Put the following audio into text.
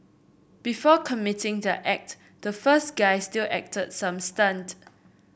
before committing their act the first guy still acted some stunt